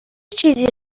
چیزی